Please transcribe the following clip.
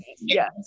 yes